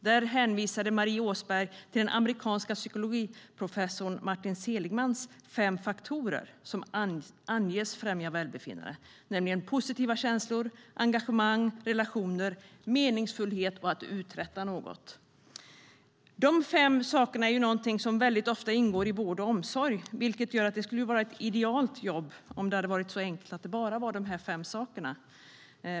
Där hänvisade Marie Åsberg till den amerikanska psykologiprofessorn Martin Seligmans fem faktorer som anges främja välbefinnande, nämligen positiva känslor, engagemang, relationer, meningsfullhet och att uträtta något. Dessa fem faktorer är något som väldigt ofta ingår i vård och omsorg, vilket gör att det skulle vara ett idealt jobb om det hade varit så enkelt att det bara handlade om de här fem sakerna.